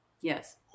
Yes